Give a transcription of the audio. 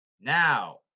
Now